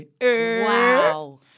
Wow